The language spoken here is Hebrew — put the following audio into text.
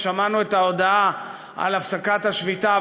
ושמענו את ההודעה על הפסקת השביתה,